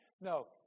No